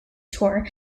tour